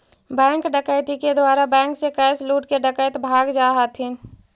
bank डकैती के द्वारा बैंक से कैश लूटके डकैत भाग जा हथिन